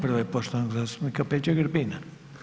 Prva je poštovanog zastupnika Peđe Grbina.